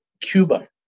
Cuba